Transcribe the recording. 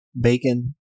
bacon